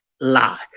lie